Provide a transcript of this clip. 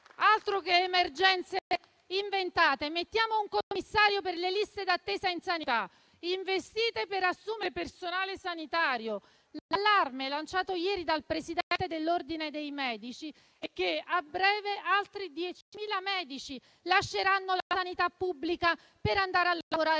altro che emergenze inventate. Mettiamo un commissario per le liste d'attesa in sanità e investiamo per assumere personale sanitario. L'allarme lanciato ieri dal presidente dell'Ordine dei medici è che, a breve, altri 10.000 medici lasceranno la sanità pubblica per andare a lavorare